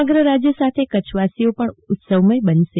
સમગ્ર રાજ્ય સાથે કચ્છવાસીઓ પણ ઉત્સવમય બનશે